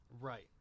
Right